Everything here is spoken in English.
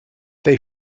they